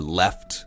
left。